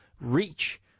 reach